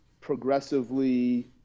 progressively